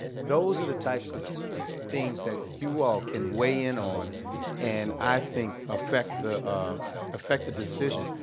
those are the types of things that you all can weigh in on and, i think, affect the affect the decision,